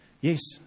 Yes